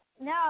no